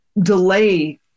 delay